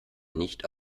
nicht